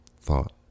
thought